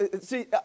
see